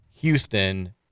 Houston